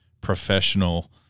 professional